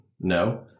No